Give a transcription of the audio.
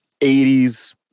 80s